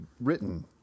written